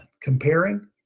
Comparing